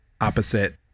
opposite